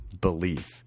belief